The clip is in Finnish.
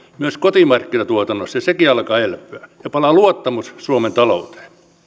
myös kotimarkkinatuotannossa ja sekin alkaa elpyä ja palaa luottamus suomen talouteen